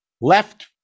left